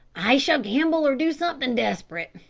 i shall gamble or do something desperate,